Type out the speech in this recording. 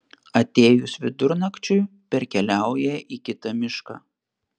atėjus vidunakčiui perkeliauja į kitą mišką